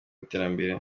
iterambere